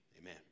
Amen